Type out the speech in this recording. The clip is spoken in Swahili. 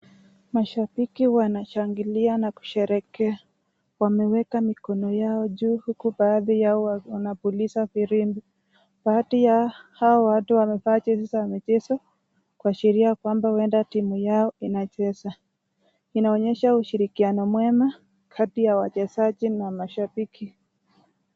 Mashabiki wanashangilia na kusherekea wameweka mikono yao juu huku baadhi yao wanapuliza firimbi. Baadhi ya hao watu wanevaa jesi za michezo kuashiria kwamba huenda timu yao inacheza. Inaonyesha ushirikiano mwema kati ya wachezaji na mashabiki.